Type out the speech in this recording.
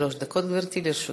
שלוש דקות, גברתי, לרשותך.